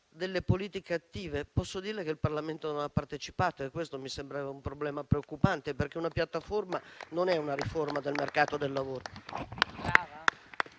delle politiche attive. Posso dirle che il Parlamento non ha partecipato e questo mi sembra un problema preoccupante, perché una piattaforma non è una riforma del mercato del lavoro.